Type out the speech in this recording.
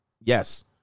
yes